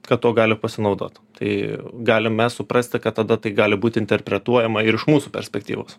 kad tuo gali pasinaudot tai galim mes suprasti kad tada tai gali būti interpretuojama ir iš mūsų perspektyvos